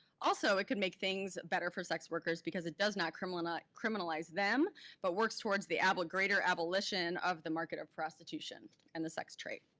also, it can make things better for sex workers because it does not criminalize criminalize them but works towards the greater abolition of the market of prostitution and the sex trade.